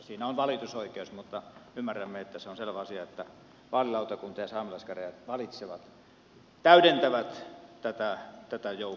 siinä on valitusoikeus mutta ymmärrämme että se on selvä asia että vaalilautakunta ja saamelaiskäräjät valitsevat täydentävät tätä joukkoa